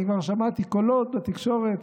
אני כבר שמעתי קולות בתקשורת,